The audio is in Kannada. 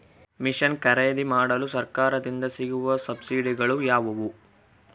ಮಿಷನ್ ಖರೇದಿಮಾಡಲು ಸರಕಾರದಿಂದ ಸಿಗುವ ಸಬ್ಸಿಡಿಗಳು ಯಾವುವು?